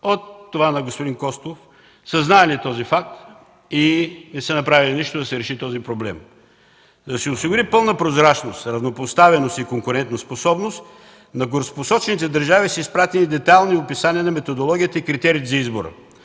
Костов насам три правителства са знаели този факт и не са направили нищо, за да се реши този проблем. За да си осигурим пълна прозрачност, равнопоставеност и конкурентоспособност на горепосочените държави са изпратени детайлни описания на методологията и критериите за избора.